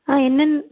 ஆ என்னென்ன